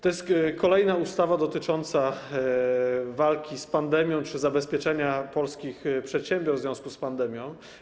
To jest kolejna ustawa dotycząca walki z pandemią czy zabezpieczenia polskich przedsiębiorstw w związku z pandemią.